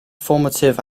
formative